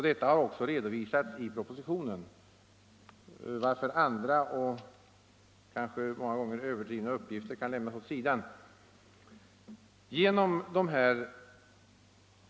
Detta har också redovisats i propositionen, varför andra och många gånger kanske överdrivna uppgifter kan lämnas åt sidan.